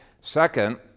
Second